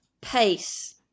pace